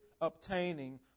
obtaining